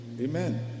Amen